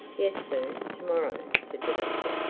yes sir, to-morrow said the doctor.